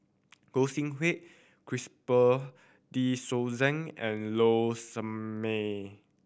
Gog Sing Hooi Christopher De Souza and Low Sanmay